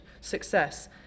success